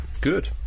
Good